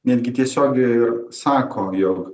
netgi tiesiogiai ir sako jog